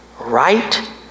right